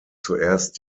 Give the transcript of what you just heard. zuerst